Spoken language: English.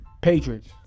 Patriots